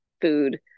food